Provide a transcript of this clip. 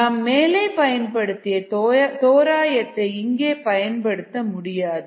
நாம் மேலே பயன்படுத்திய தோராயத்தை இங்கே பயன்படுத்த முடியாது